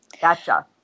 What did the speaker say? Gotcha